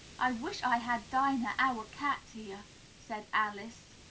i wish i had dinah, our cat, here! said alice.